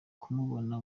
kumubona